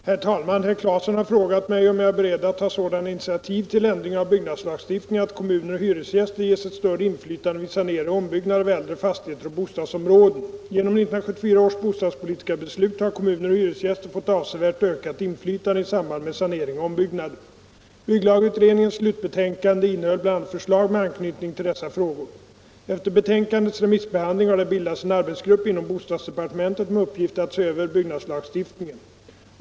Herr talman! Herr Claeson har frågat mig om jag är beredd att ta sådana initiativ till ändring av byggnadslagstiftningen att kommuner och hyresgäster ges ett större inflytande vid sanering och ombyggnader av äldre fastigheter och bostadsområden. Genom 1974 års bostadspolitiska beslut har kommuner och hyresgäster fått avsevärt ökat inflytande i samband med sanering och ombyggnader. Bygglagutredningens slutbetänkande innehöll bl.a. förslag med anknytning till dessa frågor. Efter betänkandets remissbehandling har det bildats en arbetsgrupp inom bostadsdepartementet med uppgift att se över byggnadslagstiftningen.